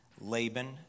Laban